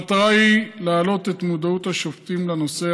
המטרה היא להעלות את מודעות השופטים לנושא